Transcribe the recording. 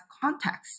context